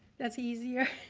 that's easier.